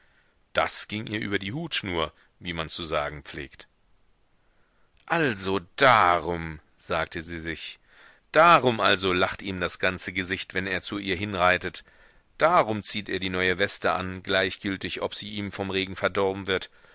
das ging ihr über die hutschnur wie man zu sagen pflegt also darum sagte sie sich darum also lacht ihm das ganze gesicht wenn er zu ihr hinreitet darum zieht er die neue weste an gleichgültig ob sie ihm vom regen verdorben wird